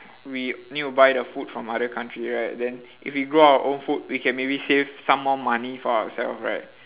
we need to buy the food from other country right then if we grow our own food we can maybe save some more money for our self right